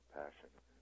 passion